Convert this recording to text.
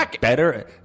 better